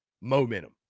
momentum